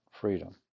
freedom